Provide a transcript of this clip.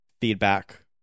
feedback